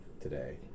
today